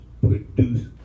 produce